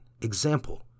example